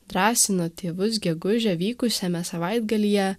drąsino tėvus gegužę vykusiame savaitgalyje